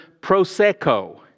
prosecco